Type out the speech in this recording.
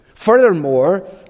Furthermore